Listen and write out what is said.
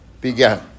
began